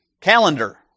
calendar